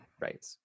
right